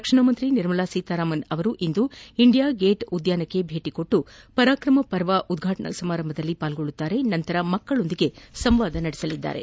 ರಕ್ಷಣಾ ಸಚಿವೆ ನಿರ್ಮಲಾ ಸೀತಾರಾಮನ್ ಅವರು ಇಂದು ಇಂಡಿಯಾಗೇಟ್ ಉದ್ಘಾನಕ್ಕೆ ಭೇಟ ನೀಡಿ ಪರಾಕ್ರಮ ಪರ್ವ ಉದ್ಘಾಟನಾ ಸಮಾರಂಭದಲ್ಲಿ ಭಾಗವಹಿಸಿ ನಂತರ ಮಕ್ಕಳೊಂದಿಗೆ ಸಂವಾದ ನಡೆಸುವರು